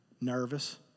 nervous